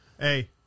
Hey